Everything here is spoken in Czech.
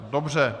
Dobře.